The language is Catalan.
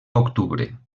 octubre